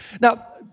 Now